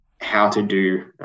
how-to-do